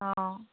অঁ